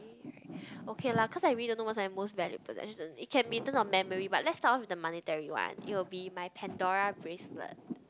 okay lah cause I read the normal and most valuable possession it can be in terms of memory but let's start off with the monetary one it will be my Pandora bracelet